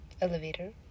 elevator